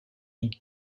une